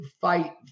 fight